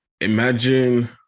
imagine